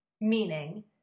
meaning